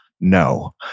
no